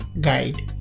guide